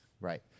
Right